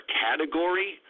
category